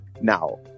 now